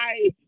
hi